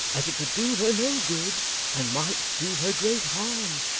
as it could do her no good and might do her great harm.